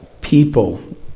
People